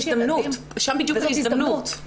שם בדיוק ההזדמנות.